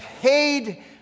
paid